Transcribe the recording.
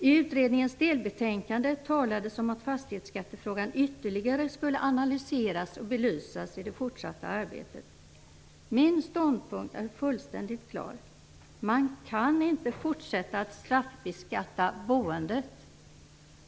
I utredningens delbetänkande talades om att fastighetsskattefrågan ytterligare skulle analyseras och belysas i det fortsatta arbetet. Min ståndpunkt är fullständigt klar. Man kan inte fortsätta att straffbeskatta boendet.